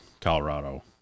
Colorado